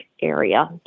area